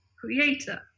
creator